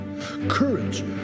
Courage